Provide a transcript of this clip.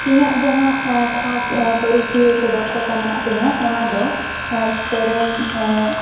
ᱤᱧᱟᱹᱜ ᱡᱟᱦᱟᱸ ᱠᱷᱟᱥ ᱯᱟᱹᱨᱩᱠᱷᱤᱭᱟᱹ ᱥᱮ ᱫᱚᱠᱷᱚᱛᱟ ᱢᱮᱱᱟᱜ ᱛᱤᱧᱟᱹ ᱚᱱᱟ ᱫᱚ ᱥᱮᱨᱮᱧ